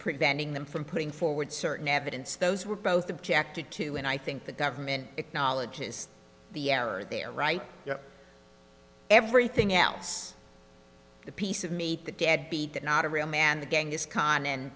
preventing them from putting forward certain evidence those were both objected to and i think the government acknowledges the error there right everything else the piece of meat the deadbeat that not a real man the gang is con and